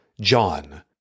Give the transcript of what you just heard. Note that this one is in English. John